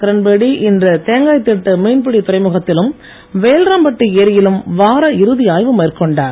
கிரண்பேடி இன்று தேங்காய்திட்டு மீன்பிடி துறைமுகத்திலும் வேல்ராம்பட்டு ஏரியிலும் வார இறுதி ஆய்வு மேற்கொண்டார்